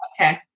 Okay